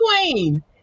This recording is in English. Queen